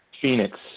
Phoenix